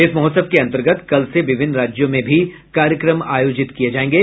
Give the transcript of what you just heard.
इस महोत्सव के अंतर्गत कल से विभिन्न राज्यों में भी कार्यक्रम आयोजित किये जायेंगे